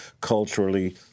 culturally